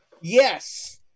Yes